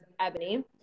Ebony